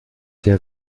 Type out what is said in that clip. der